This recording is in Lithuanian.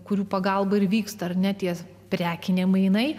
kurių pagalba ir vyksta ar ne tie prekiniai mainai